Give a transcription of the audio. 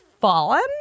fallen